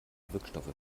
wirkstoffe